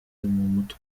mutwe